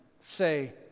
say